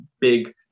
big